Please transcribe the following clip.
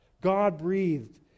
God-breathed